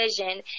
vision